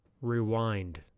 Rewind